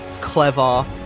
clever